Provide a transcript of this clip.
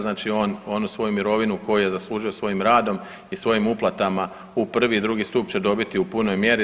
Znači on onu svoju mirovinu koju je zaslužio svojim radom i svojim uplatama u prvi i drugi stup će dobiti u punoj mjeri.